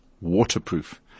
Waterproof